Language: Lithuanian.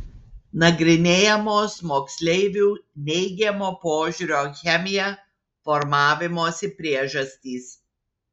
nagrinėjamos moksleivių neigiamo požiūrio į chemiją formavimosi priežastys